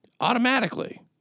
automatically